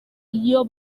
iyo